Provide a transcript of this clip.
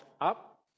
up